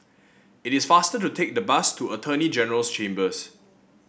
it is faster to take the bus to Attorney General's Chambers